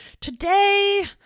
today